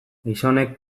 gizonek